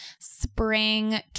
spring